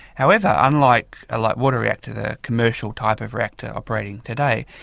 however, unlike a light water reactor, the commercial type of reactor operating today,